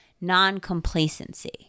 non-complacency